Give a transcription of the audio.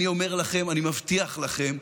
אני אומר לכם: אני מבטיח לכם,